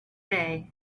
day